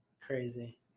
Crazy